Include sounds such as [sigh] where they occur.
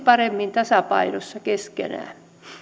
[unintelligible] paremmin tasapainossa keskenään